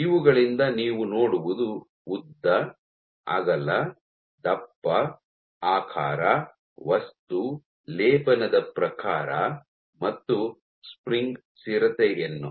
ಇವುಗಳಿಂದ ನೀವು ನೋಡುವುದು ಉದ್ದ ಅಗಲ ದಪ್ಪ ಆಕಾರ ವಸ್ತು ಲೇಪನದ ಪ್ರಕಾರ ಮತ್ತು ಸ್ಪ್ರಿಂಗ್ ಸ್ಥಿರತೆಯನ್ನು